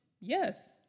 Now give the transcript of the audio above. Yes